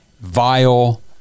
vile